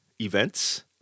events